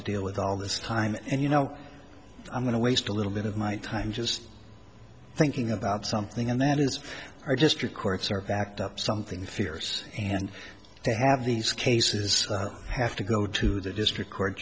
to deal with all this time and you know i'm going to waste a little bit of my time just thinking about something and that is our district courts are backed up something fierce and they have these cases have to go to the district court